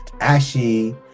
ashy